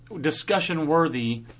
discussion-worthy